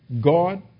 God